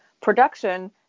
production